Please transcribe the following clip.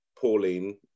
Pauline